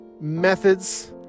methods